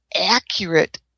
accurate